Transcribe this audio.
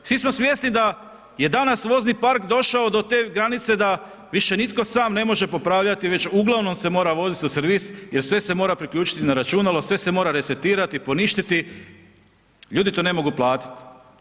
Svi smo svjesni da je danas vozni park došao do te granice da više nitko sam ne može popravljati već uglavnom se moral voziti u servis jer sve se mora priključiti na računalo, sve se mora resetirati, poništiti, ljudi to ne mogu platiti.